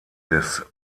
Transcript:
des